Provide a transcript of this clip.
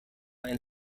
ein